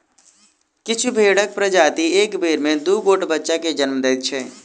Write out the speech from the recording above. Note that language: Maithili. किछु भेंड़क प्रजाति एक बेर मे दू गोट बच्चा के जन्म दैत छै